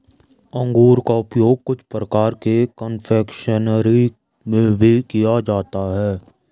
अंगूर का उपयोग कुछ प्रकार के कन्फेक्शनरी में भी किया जाता है